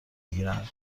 گیرند